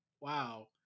Wow